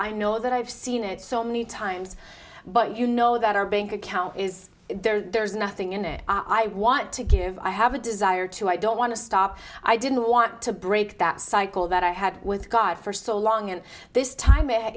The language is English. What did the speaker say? i know that i've seen it so many times but you know that our bank account is there's nothing in it i want to give i have a desire to i don't want to stop i didn't want to break that cycle that i had with god for so long and this time